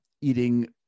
eating